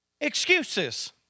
Excuses